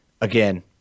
Again